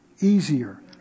easier